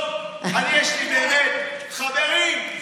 חברים,